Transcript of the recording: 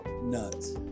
Nuts